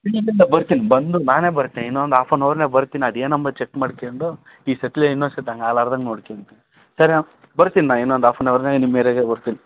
ಇಲ್ಲ ಇಲ್ಲ ಇಲ್ಲ ಬರ್ತೀನಿ ಬಂದು ನಾನೇ ಬರ್ತೇನೆ ಇನ್ನೊಂದು ಹಾಫ್ ಎನ್ ಅವರ್ನ್ಯಾಗೆ ಬರ್ತೀನಿ ಅದೇನು ಅನ್ನದ್ ಚೆಕ್ ಮಾಡ್ಕಂಡು ಈ ಸರ್ತಿ ಇನ್ನೊಂದು ಸರ್ತ್ ಹಂಗೆ ಆಗ್ಲಾರ್ದಂಗೆ ನೋಡ್ಕ್ಯಂತೀನಿ ಸರಿ ನಾನು ಬರ್ತೀನಿ ನಾನು ಇನ್ನೊಂದು ಹಾಫ್ ಎನ್ ಅವರ್ನ್ಯಾಗೆ ನಿಮ್ಮ ಏರ್ಯಾದಾಗೆ ಬರ್ತೀನಿ